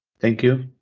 thank you.